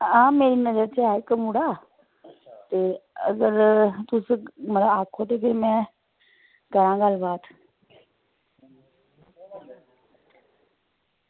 आं मेरी नज़र च ऐ इक्क मुड़ा ते अगर तुस आक्खी ओड़दे की में करांऽ गल्ल बात